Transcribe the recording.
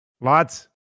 Lots